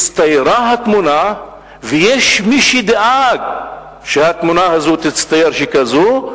הצטיירה התמונה, ויש מי שדאג שהתמונה תצטייר ככזו,